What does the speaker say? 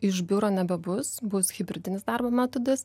iš biuro nebebus bus hibridinis darbo metodas